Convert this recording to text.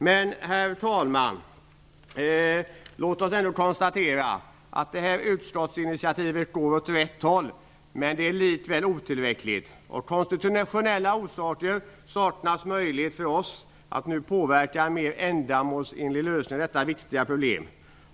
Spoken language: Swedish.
Men, herr talman, låt oss ändå konstatera att detta utskottsinitiativ går åt rätt håll. Det är likväl otillräckligt. Av konstitutionella skäl saknas möjlighet för oss att nu påverka en mer ändamålsenlig lösning av detta viktiga problem.